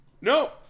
no